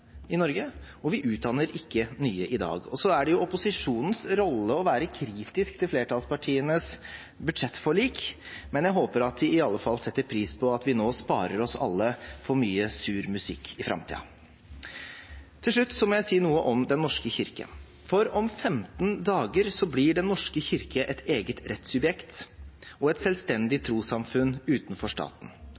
i Norge, og vi utdanner ikke nye i dag. Det er opposisjonens rolle å være kritisk til flertallspartienes budsjettforlik, men jeg håper at de i alle fall setter pris på at vi nå sparer oss alle for mye sur musikk i framtiden. Til slutt må jeg si noe om Den norske kirke, for om 15 dager blir Den norske kirke et eget rettssubjekt og et selvstendig trossamfunn utenfor staten.